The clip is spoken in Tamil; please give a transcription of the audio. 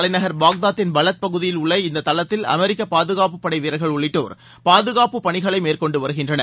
தலைநகர் பாக்தாத்தின் பலத் பகுதியில் உள்ள இந்த தளத்தில் அமெரிக்க பாதுகாப்பு படை வீரர்கள் உள்ளிட்டோர் பாதுகாப்பு பணிகளை மேற்கொண்டு வருகின்றனர்